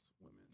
women